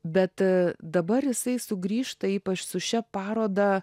bet dabar jisai sugrįžta ypač su šia paroda